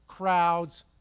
Crowds